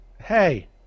Hey